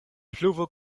pluvo